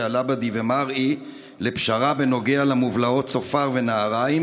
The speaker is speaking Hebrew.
א-לבדי ומרעי לפשרה בנוגע למובלעות צופר ונהריים,